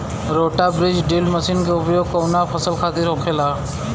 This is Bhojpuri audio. रोटा बिज ड्रिल मशीन के उपयोग कऊना फसल खातिर होखेला?